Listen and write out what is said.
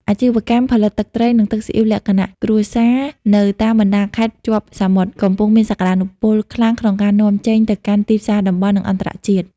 អាជីវកម្មផលិតទឹកត្រី ឬទឹកស៊ីអ៊ីវលក្ខណៈគ្រួសារនៅតាមបណ្ដាខេត្តជាប់សមុទ្រ កំពុងមានសក្ដានុពលខ្លាំងក្នុងការនាំចេញទៅកាន់ទីផ្សារតំបន់ និងអន្តរជាតិ។